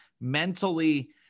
mentally